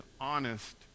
honest